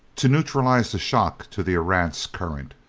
to neutralize the shock to the erentz current.